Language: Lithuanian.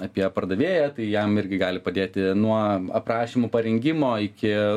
apie pardavėją tai jam irgi gali padėti nuo aprašymų parengimo iki